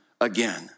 again